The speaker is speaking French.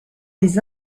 les